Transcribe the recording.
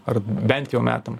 ar bent jau metam